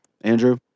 Andrew